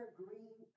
green